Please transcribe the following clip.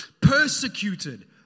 persecuted